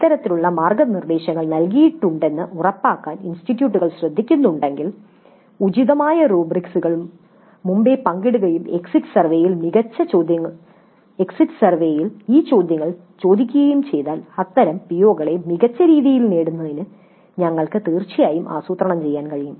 ഇത്തരത്തിലുള്ള മാർഗ്ഗനിർദ്ദേശങ്ങൾ നൽകിയിട്ടുണ്ടെന്ന് ഉറപ്പാക്കാൻ ഇൻസ്റ്റിറ്റ്യൂട്ടുകൾ ശ്രദ്ധിക്കുന്നുണ്ടെങ്കിൽ ഉചിതമായ റുബ്രിക്സ്രുകൾ മുമ്പേ പങ്കിടുകയും എക്സിറ്റ് സർവേയിൽ ഈ ചോദ്യങ്ങൾ ചോദിക്കുകയും ചെയ്താൽ അത്തരം പിഒകളെ മികച്ച രീതിയിൽ നേടുന്നതിന് ഞങ്ങൾക്ക് തീർച്ചയായും ആസൂത്രണം ചെയ്യാൻ കഴിയും